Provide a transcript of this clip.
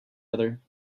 other